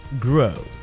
grow